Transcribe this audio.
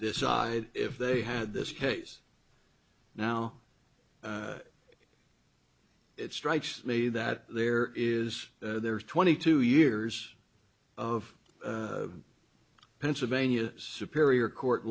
decide if they had this case now it strikes me that there is there is twenty two years of pennsylvania superior court